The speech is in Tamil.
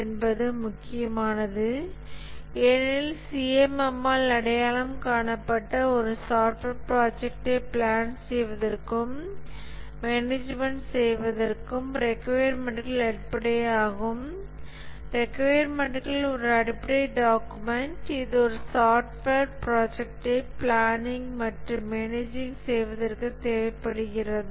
என்பது முக்கியமானதுஏனெனில் CMM ஆல் அடையாளம் காணப்பட்ட ஒரு சாஃப்ட்வேர் ப்ராஜக்டை பிளான் செய்வதற்கும் மேனேஜ்மென்ட் செய்வதற்கு ரிக்கொயர்மென்ட்கள் அடிப்படையாகும் ரிக்கொயர்மென்ட்கள் ஒரு அடிப்படை டாக்குமெண்ட் இது ஒரு சாஃப்ட்வேர் பிராஜக்ட்டை பிளானிங் மற்றும் மேனேஜிங் செய்வதற்கு தேவைப்படுகிறது